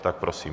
Tak prosím.